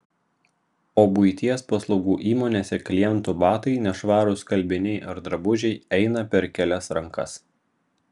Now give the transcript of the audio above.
o buities paslaugų įmonėse klientų batai nešvarūs skalbiniai ar drabužiai eina per kelias rankas